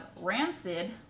Rancid